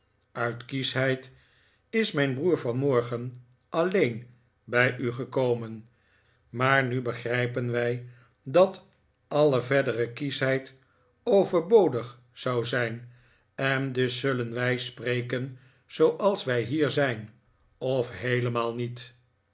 uit kieschheid is mijn broer vanmorgen alleen bij u gekomen maar nu begrijpen wij dat alle verdere kieschheid overbodig zou zijn en dus zullen wij spreken zooals wij hier zijn of heelemaal niet